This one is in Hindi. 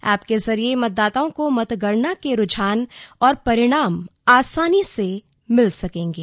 एप के जरिए मतदाताओं को मतगणना के रूझान और परिणाम आसानी से मिल सकेंगे